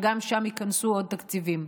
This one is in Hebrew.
וגם שם ייכנסו עוד תקציבים.